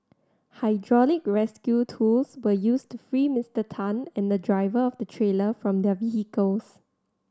hydraulic rescue tools were used to free Mister Tan and the driver of the trailer from their vehicles